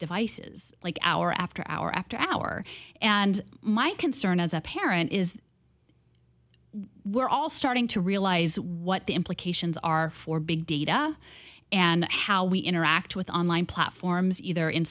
devices like hour after hour after hour and my concern as a parent is we're all starting to realize what the implications are for big data and how we interact with online platforms either in